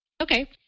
Okay